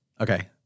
Okay